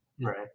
Right